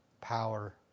power